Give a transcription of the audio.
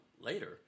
later